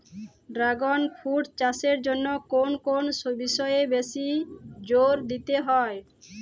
Dragon fruit চাষের জন্য কোন কোন বিষয়ে বেশি জোর দিতে হয়?